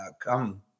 come